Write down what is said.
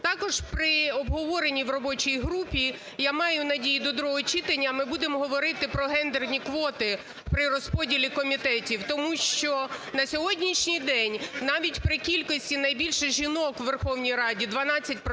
Також при обговоренні в робочій групі, я маю надію до другого читання, ми будемо говорити про гендерні квоти при розподілі комітетів. Тому що на сьогоднішній день, навіть при кількості найбільше жінок у Верховній Раді 12